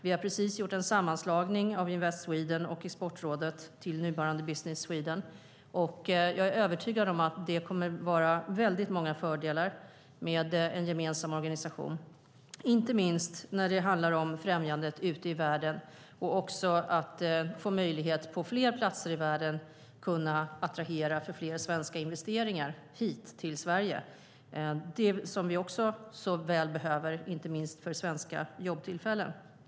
Vi har precis gjort en sammanslagning av Invest Sweden och Exportrådet till nuvarande Business Sweden, och jag är övertygad om att det kommer att innebära många fördelar med en gemensam organisation. Det handlar inte minst om främjandet av handel ute i världen och att få möjlighet att på olika platser i världen attrahera fler investeringar hit till Sverige. Det är något som vi behöver, inte minst för svenska jobbtillfällen.